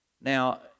Now